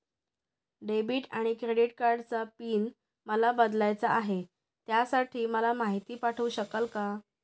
Debit आणि credit कार्डचा PIN मला बदलायचा आहे, त्यासाठी मला माहिती पाठवू शकाल का?